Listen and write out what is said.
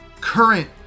current